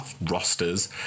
rosters